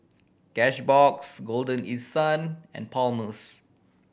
Cashbox Golden East Sun and Palmer's